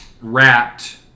wrapped